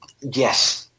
yes